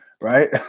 right